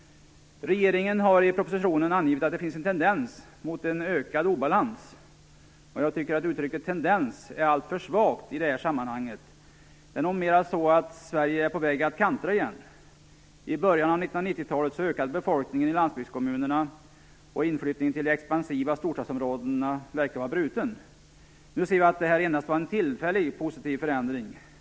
Regeringen har i propositionen angett att det finns en tendens mot en ökad obalans. Jag tycker att uttrycket "tendens" är alltför svagt i det här sammanhanget. Det är nog snarare så att Sverige är på väg att kantra igen. I början av 1990-talet ökade befolkningen i landsbygdskommunerna, och inflyttningen till de expansiva storstadsområdena verkade vara bruten. Nu ser vi att det här endast var en tillfällig positiv förändring.